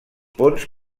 ponts